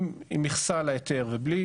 עם מכסה להיתר ובלי